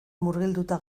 murgilduta